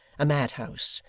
a madhouse,